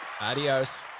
Adios